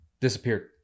disappeared